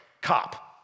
COP